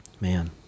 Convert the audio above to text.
Man